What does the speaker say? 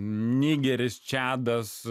nigeris čadas